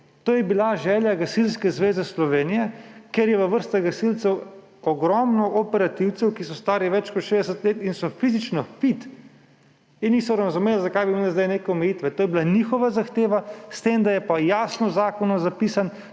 To je bila želja Gasilske zveze Slovenije, ker je v vrsti gasilcev ogromno operativcev, ki so stari več kot 60 let in so fizično fit in niso razumeli, zakaj bi imeli zdaj neke omejitve. To je bila njihova zahteva, s tem da je pa jasno v zakonu zapisano,